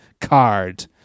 card